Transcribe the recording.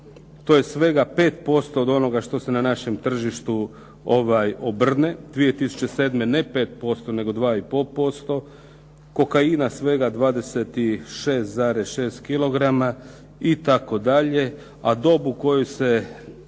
To je svega 5% od onoga što se na našem tržištu obrne. 2007. ne 5%, nego 2,5%, kokaina svega 26,6 kg itd., a